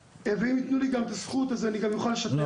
ואם יתנו לי את הזכות אני אוכל להציג אותה.